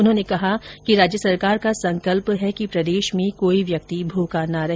उन्होंने कहा कि राज्य सरकार का संकल्प है कि प्रदेश में कोई व्यक्ति भूखा न रहे